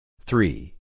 Three